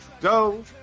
go